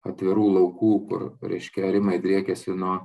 atvirų laukų kur reiškia arimai driekiasi nuo